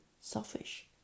selfish